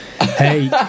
Hey